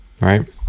right